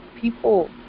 people